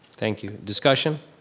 thank you, discussion?